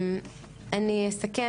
אני אסכם.